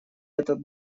этот